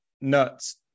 nuts